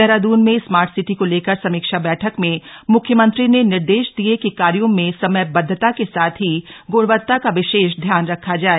देहरादून में smart city को लेकर समीक्षा बैठक में म्ख्यमंत्री ने निर्देश दिए कि कार्यो में समयबद्धता के साथ ही ग्णवता का विशेष ध्यान रखा जाए